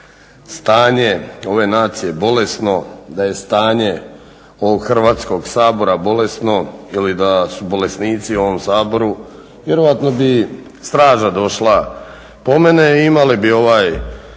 stanje ove nacije bolesno, da je stanje ovog Hrvatskog sabora bolesno ili da su bolesnici u ovom Saboru vjerojatno bi straža došla po mene i imali bi ovaj,